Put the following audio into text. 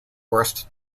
worst